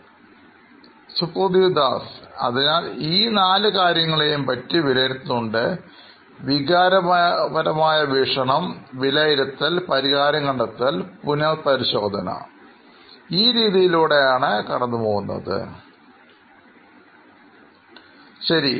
സുപ്രതിവ് Das CTO നോയിൻ electronics അതിനാൽ ഇ 4 കാര്യങ്ങളെയും പറ്റി വിലയിരുത്തുന്നുണ്ട് വികാരപരമായ വീക്ഷണംവിലയിരുത്തൽ പരിഹാരം കണ്ടെത്തൽ പുനർപരിശോധന ഈ രീതിയിലൂടെ ആണ് കടന്നു പോകുന്നത് ശരി